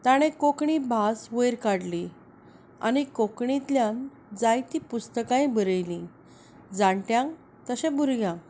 ताणें कोंकणी भास वयर काडली आनी कोंकणींतल्यान जायतीं पुस्तकांय बरयलीं जाणट्यांक तशें भुरग्यांक